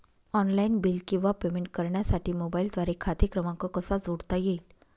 Online bill किंवा payment करण्यासाठी मोबाईलद्वारे खाते क्रमांक कसा जोडता येईल?